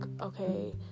okay